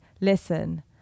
listen